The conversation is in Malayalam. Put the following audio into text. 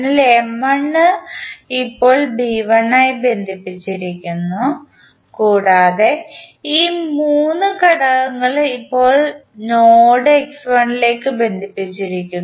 അതിനാൽ M1 ഇപ്പോൾ B1 ആയി ബന്ധിപ്പിച്ചിരിക്കുന്നു കൂടാതെ ഈ 3 ഘടകങ്ങളും ഇപ്പോൾ നോഡ് x1 ലേക്ക് ബന്ധിപ്പിച്ചിരിക്കുന്നു